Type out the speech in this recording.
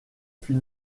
fut